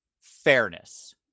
fairness